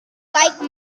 like